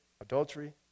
adultery